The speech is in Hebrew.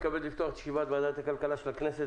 אני מתכבד לפתוח את ישיבת ועדת הכלכלה של הכנסת.